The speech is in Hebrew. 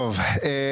טוב,